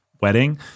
wedding